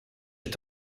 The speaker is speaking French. est